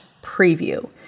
preview